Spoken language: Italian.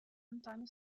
antonio